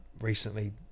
recently